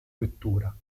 vettura